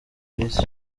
miss